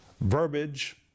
verbiage